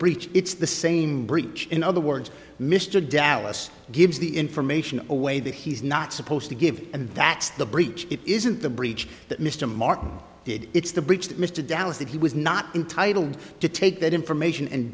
breach it's the same breach in other words mr dallas gives the information away that he's not supposed to give and that's the breach it isn't the breach that mr martin did it's the breach that mr dallas that he was not entitled to take that information and